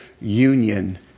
union